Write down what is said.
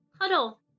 huddle